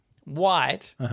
white